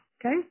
okay